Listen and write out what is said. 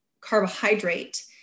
carbohydrate